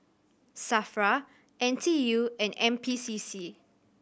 SAFRA N T U and N P C C